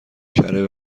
کره